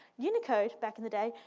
unicode back in the day,